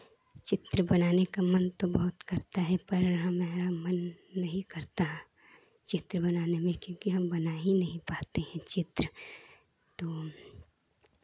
चित्र बनाने का मन तो बहुत करता है पर हमें है बना नहीं करता चित्र बनाने में क्योंकि हम बना ही नहीं पाते हैं चित्र तो